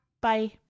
Bye